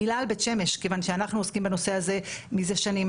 מילה על בית שמש כיוון שאנחנו עוסקים בנושא הזה מזה שנים.